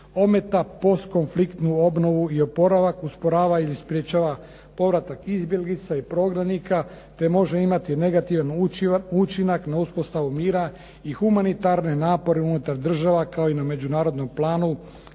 ometa postkonfliktnu obnovu i oporavak. Usporava ili sprječava povratak izbjeglica i prognanika, te može imati negativan učinak na uspostavu mira i humanitarne napore unutar država kao i na međunarodnom planu,